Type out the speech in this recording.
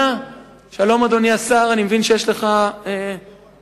שלום, אדוני השר, אני מבין שיש לך תשובות.